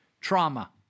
trauma